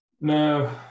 No